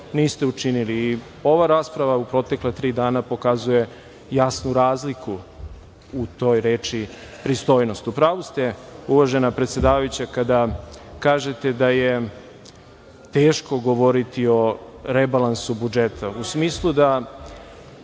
niste učinili. Ova rasprava u protekla tri dana pokazuje jasnu razliku u toj reči pristojnost.U pravu ste, uvažena predsedavajuća, kada kažete da je teško govoriti o rebalansu budžeta u smislu da